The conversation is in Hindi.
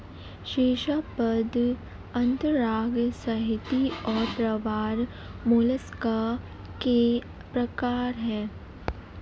शीर्शपाद अंतरांग संहति और प्रावार मोलस्का के प्रकार है